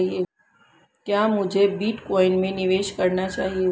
क्या मुझे बिटकॉइन में निवेश करना चाहिए?